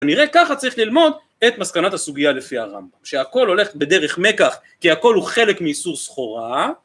כנראה ככה צריך ללמוד את מסקנת הסוגיה לפי הרמב״ם שהכל הולך בדרך מקח כי הכל הוא חלק מאיסור סחורה